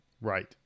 Right